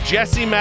Jesse